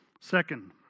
Second